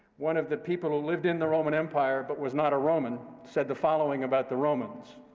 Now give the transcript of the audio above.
one of the people who lived in the roman empire but was not a roman said the following about the romans.